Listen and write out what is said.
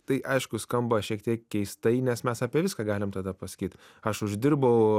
tai aišku skamba šiek tiek keistai nes mes apie viską galim tada pasakyt aš uždirbau